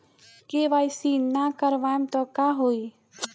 KYC ना करवाएम तब का होई?